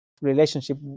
relationship